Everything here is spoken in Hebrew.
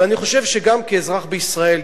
אבל אני חושב שגם כאזרח בישראל,